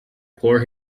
poor